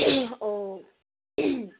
অঁ